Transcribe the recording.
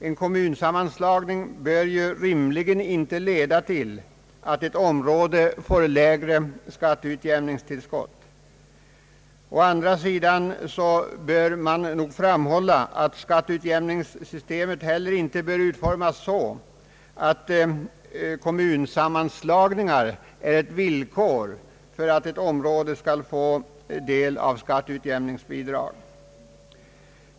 En kommunsammanslagning bör rimligen inte leda till att ett område får lägre skatteutjämningstillskott. Å andra sidan bör nog framhållas att skatteutjämningssystemet heller inte bör utformas så att kommunsammanslagningar blir ett villkor för att ett område skall få del av skatteutjämningsbidrag.